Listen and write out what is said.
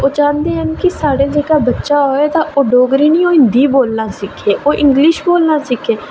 ओह् चांह्दे कि साढ़ा जेह्का बच्चा होऐ ओह् डोगरी निं हिंदी बोलना सिक्खै ओह् इंग्लिश बोलना सिक्खै